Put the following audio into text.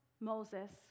Moses